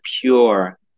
pure